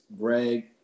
Greg